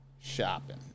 shopping